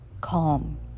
calm